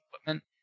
equipment